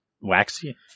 waxy